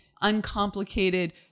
uncomplicated